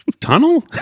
tunnel